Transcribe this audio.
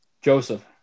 Joseph